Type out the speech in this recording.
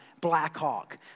Blackhawk